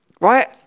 Right